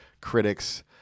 critics